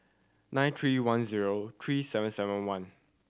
nine three one zero three seven seven one